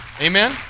Amen